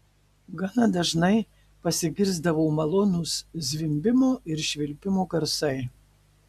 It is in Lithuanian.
gana dažnai pasigirsdavo malonūs zvimbimo ir švilpimo garsai